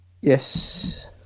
Yes